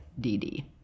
DD